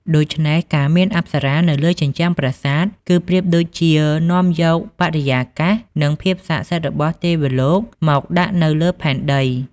ដូច្នេះ ការមានអប្សរានៅលើជញ្ជាំងប្រាសាទ គឺប្រៀបដូចជានាំយកបរិយាកាស និងភាពស័ក្តិសិទ្ធិរបស់ទេវលោកមកដាក់នៅលើផែនដី។